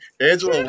Angela